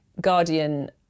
Guardian